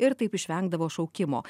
ir taip išvengdavo šaukimo